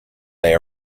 they